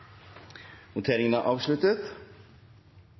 voteringen er